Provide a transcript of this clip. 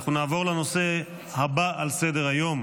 אנחנו נעבור לנושא הבא על סדר-היום.